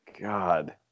God